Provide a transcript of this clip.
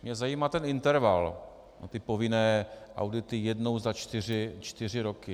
Mě zajímá ten interval a povinné audity jednou za čtyři roky.